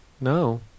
no